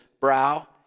brow